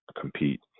compete